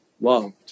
loved